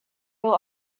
will